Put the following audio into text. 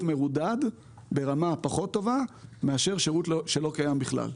מרודד ברמה פחות טובה מאשר שירות שלא קיים בכלל.